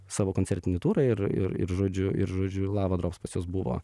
savo koncertinį turą ir ir žodžiu ir žodžiu lava drops pas juos buvo